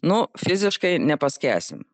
nu fiziškai nepaskęsim